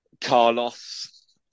Carlos